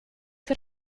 för